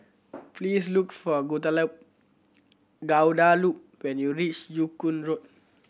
please look for Guadalupe when you reach Joo Koon Road